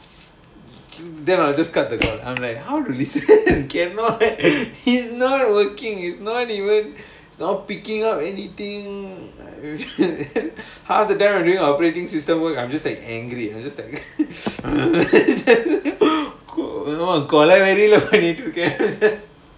then I will just cut the call I'm like how realistic cannot he's not looking he's not even not picking up anything half the time I'm thinking about operating system work I'm just like angry I just like urgh கொலை வெறில பண்ணிட்ருக்கேன்:kolai verila pannitrukkaen